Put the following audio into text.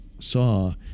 saw